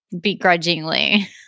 begrudgingly